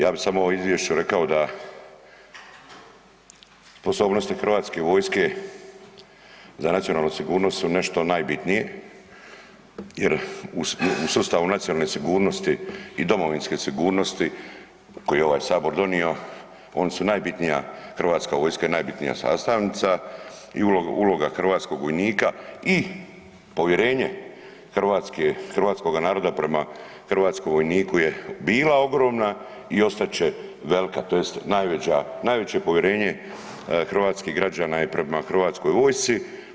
Ja bih samo o ovom Izvješću rekao da sposobnosti Hrvatske vojske za nacionalnu sigurnost su nešto najbitnije jer u sustavu nacionalne sigurnosti i domovinske sigurnosti koje je ovaj Sabor donio oni su najbitnija Hrvatska vojska je najbitnija sastavnica i uloga hrvatskoj vojnika i povjerenje hrvatskoga naroda prema hrvatskom vojniku je bila ogromna i ostat će velika tj. najveće povjerenje hrvatskih građana je prema Hrvatskoj vojsci.